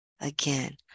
again